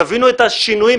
תבינו את השינויים,